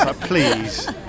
please